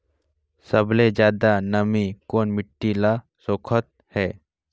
सबले ज्यादा नमी कोन मिट्टी ल सोखत हे?